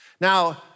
Now